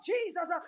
Jesus